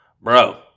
Bro